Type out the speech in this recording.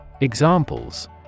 Examples